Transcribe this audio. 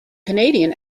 canadian